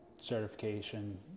certification